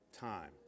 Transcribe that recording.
time